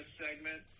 segment